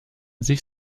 sich